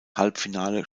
halbfinale